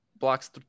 blocks